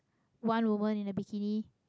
one woman in a bikini